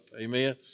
Amen